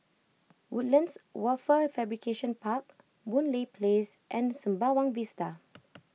Woodlands Wafer Fabrication Park Boon Lay Place and Sembawang Vista